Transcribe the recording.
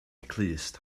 clust